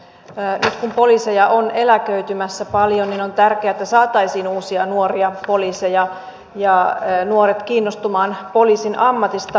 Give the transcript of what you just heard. nyt kun poliiseja on eläköitymässä paljon on tärkeää että saataisiin uusia nuoria poliiseja ja nuoret kiinnostumaan poliisin ammatista